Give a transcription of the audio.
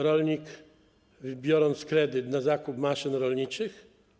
Rolnik wziął kredyt na zakup maszyn rolniczych.